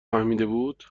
فهمیدهبود